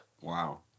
Wow